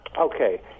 Okay